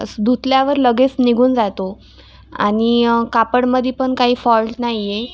धुतल्यावर लगेच निघून जातो आणि कापडमध्ये पण काही फॉल्ट नाही आहे